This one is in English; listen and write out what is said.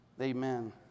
Amen